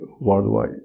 worldwide